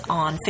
on